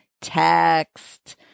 text